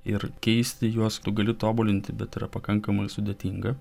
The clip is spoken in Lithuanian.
ir keisti juos tu gali tobulinti bet yra pakankamai sudėtinga